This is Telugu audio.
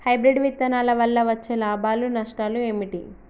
హైబ్రిడ్ విత్తనాల వల్ల వచ్చే లాభాలు నష్టాలు ఏమిటి?